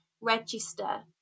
register